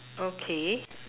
okay